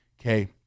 Okay